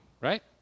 right